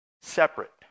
separate